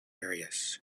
areas